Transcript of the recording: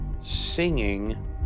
singing